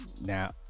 now